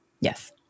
Yes